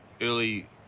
early